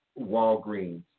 Walgreens